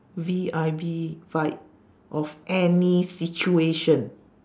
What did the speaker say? V I B E vibe of any situation